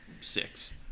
six